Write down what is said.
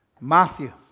Matthew